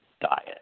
diet